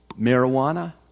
marijuana